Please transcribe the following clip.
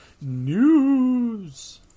news